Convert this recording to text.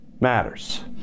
matters